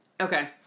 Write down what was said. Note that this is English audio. okay